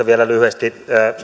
vielä lyhyesti